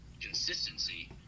consistency